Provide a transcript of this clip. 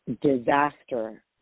disaster